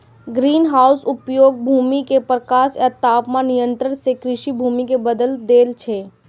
greenhouse अयोग्य भूमि कें प्रकाश आ तापमान नियंत्रण सं कृषि भूमि मे बदलि दै छै